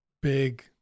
big